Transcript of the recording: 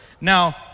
Now